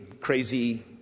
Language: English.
crazy